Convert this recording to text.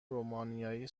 رومانیایی